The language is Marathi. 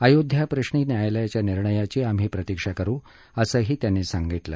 अयोध्या प्रश्री न्यायालयाच्या निर्णयाची आम्ही प्रतिक्षा करू असंही त्यांनी सांगितलं